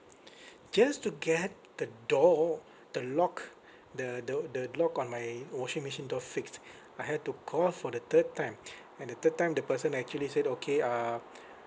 just to get the door the lock the the uh the lock on my washing machine door fixed I had to call for the third time and the third time the person actually said okay uh